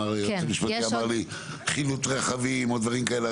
היועץ המשפטי אמר לי על הרכבים או דברים כאלה,